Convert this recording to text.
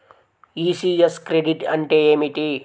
ECS credit అంటే ఏమిటి?